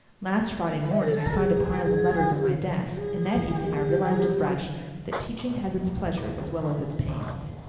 last friday morning i found a pile of letters on my desk and that evening i realized afresh that teaching has its pleasures as well as its pains.